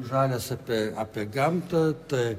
žalias apie apie gamtą tai